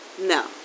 no